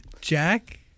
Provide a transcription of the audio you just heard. Jack